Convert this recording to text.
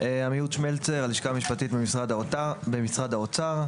עמיהוד שמלצר, הלשכה המשפטית במשרד האוצר.